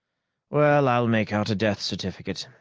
well, i'll make out a death certificate.